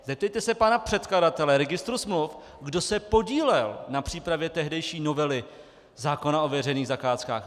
Zeptejte se pana předkladatele registru smluv, kdo se podílel na přípravě tehdejší novely zákona o veřejných zakázkách.